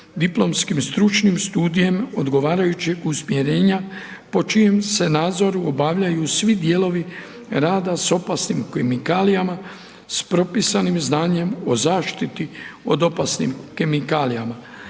diplomskim stručnim studijem odgovarajućeg usmjerenja, po čijem se nadzoru obavljaju svi dijelovi rada s opasnim kemikalijama, s propisanim znanjem o zaštiti od opasnim kemikalijama.